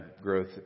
growth